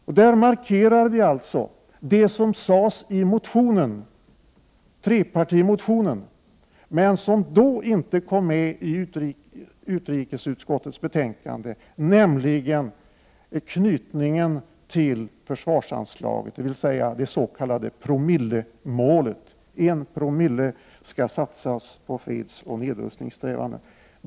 Utskottsmajoriteten markerar det som sades i trepartimotionen men som då inte kom med i utrikesutskottets betänkande, nämligen knytningen till försvarsanslaget, dvs. det s.k. promillemålet, som innebär att en promille skall satsas på information om fredsoch nedrustningssträvanden.